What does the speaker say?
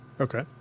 Okay